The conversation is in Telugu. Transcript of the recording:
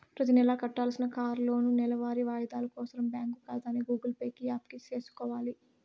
ప్రతినెలా కట్టాల్సిన కార్లోనూ, నెలవారీ వాయిదాలు కోసరం బ్యాంకు కాతాని గూగుల్ పే కి యాప్ సేసుకొవాల